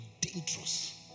dangerous